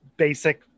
basic